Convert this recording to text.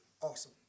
awesome